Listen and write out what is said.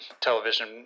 television